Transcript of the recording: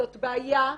זאת בעיה.